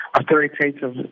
authoritative